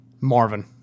Marvin